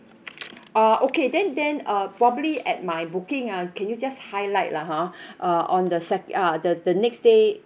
ah okay then then uh probably at my booking ah can you just highlight lah hor err on the sec~ uh the the next day